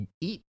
eat